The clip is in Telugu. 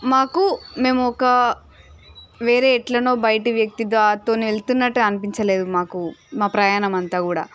మాకు మేము ఒక వేరే ఎట్లనో బయటి వ్యక్తితో వెళ్తున్నట్టు అనిపించలేదు మాకు మా ప్రయాణం అంతా కూడా